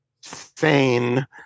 sane